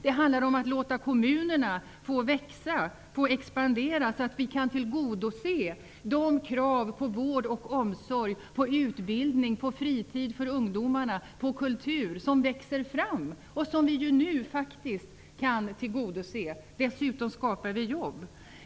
Det handlar om att låta kommunerna få växa, få expandera, så att vi kan tillgodose de krav på vård och omsorg, på utbildning, på fritid för ungdomarna, på kultur som växer fram och som nu faktiskt kan tillgodoses. Dessutom skapar vi jobb.